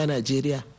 Nigeria